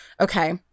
Okay